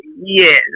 Yes